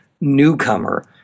newcomer